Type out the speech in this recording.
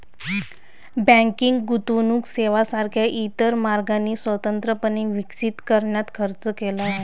banking गुंतवणूक सेवांसारख्या इतर मार्गांनी स्वतंत्रपणे विकसित करण्यात खर्च केला आहे